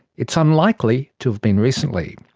it's unlikely to have been recently.